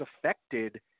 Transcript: affected